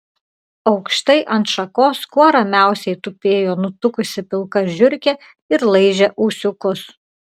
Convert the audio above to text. aukštai ant šakos kuo ramiausiai tupėjo nutukusi pilka žiurkė ir laižė ūsiukus